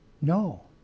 no